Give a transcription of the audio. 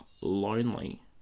lonely